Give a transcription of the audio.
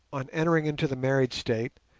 on entering into the married state,